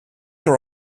are